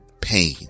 pain